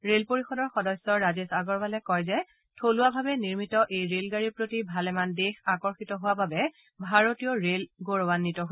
rail পৰিষদৰ সদস্য ৰাজেশ আগৰৱালে কয় যে থলুৱাভাৱে নিৰ্মিত এই ৰে'লগাড়ীৰ প্ৰতি ভালেমান দেশ আকৰ্ষিত হোৱা বাবে ভাৰতীয় ৰে'ল গৌৰৱাঘিত হৈছে